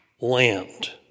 land